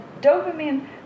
dopamine